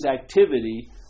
activity